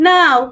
Now